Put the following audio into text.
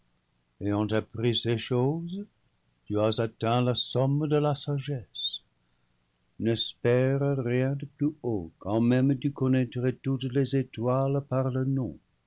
ayant appris ces choses tu as atteint la somme de la sagesse n'espère rien de plus haut quand même tu connaîtrais toutes les étoiles par leurs noms